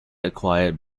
acquired